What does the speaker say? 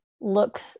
look